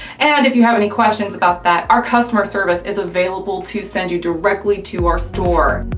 and if you have any questions about that, our customer service is available to send you directly to our store.